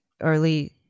early